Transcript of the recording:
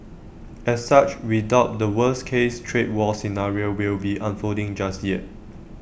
as such we doubt the worst case trade war scenario will be unfolding just yet